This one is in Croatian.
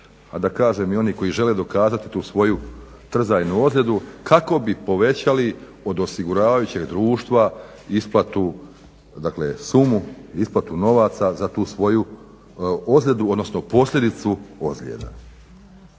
da kažem i oni koji žele dokazati tu svoju trzajnu ozljedu, kako bi povećali od osiguravajućeg društva isplatu, dakle sumu, isplatu novaca za tu svoju ozljedu, odnosno posljedicu ozljeda.